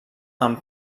amb